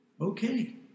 okay